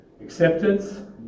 Acceptance